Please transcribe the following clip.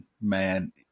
man